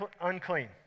unclean